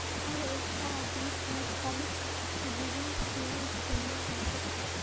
हर एकटा आदमीक अजकालित गूगल पेएर इस्तमाल कर छेक